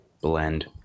blend